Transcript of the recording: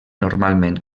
normalment